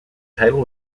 title